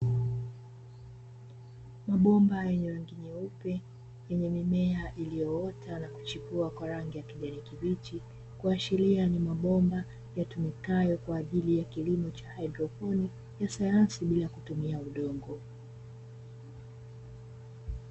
Mabomba yenye rangi nyeupe, yenye mimea iliyoota na kuchipua kwa rangi ya kijani kibichi, kuashiria ni mabomba yatumikayo kwa ajili ya kilimo cha haidroponi, ya sayansi bila kutumia udongo.